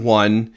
one